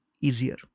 easier